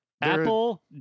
Apple